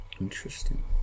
Interesting